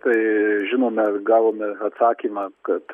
tai žinome gavome atsakymą kad